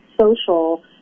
social